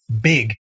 big